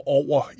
over